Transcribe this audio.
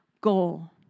goal